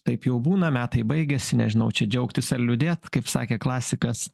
taip jau būna metai baigiasi nežinau čia džiaugtis ar liūdėt kaip sakė klasikas